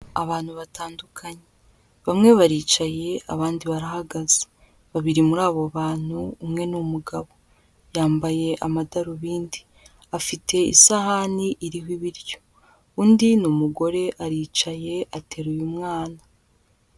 Abantu batandukanye, bamwe baricaye abandi barahagaze, babiri muri abo bantu umwe ni umugabo, yambaye amadarubindi, afite isahani iriho ibiryo, undi ni umugore aricaye ateruye umwana.